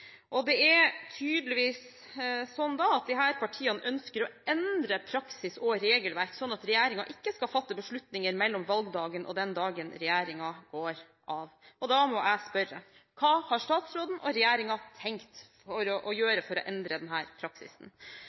saken. Det er tydeligvis sånn at disse partiene ønsker å endre praksis og regelverk, sånn at regjeringen ikke skal fatte beslutninger mellom valgdagen og den dagen regjeringen går av. Da må jeg spørre: Hva har statsråden og regjeringen tenkt å gjøre for å endre denne praksisen?